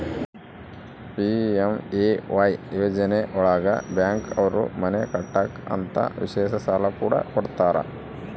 PMAY ಯೋಜನೆ ಒಳಗ bank ಅವ್ರು ಮನೆ ಕಟ್ಟಕ್ ಅಂತ ವಿಶೇಷ ಸಾಲ ಕೂಡ ಕೊಡ್ತಾರ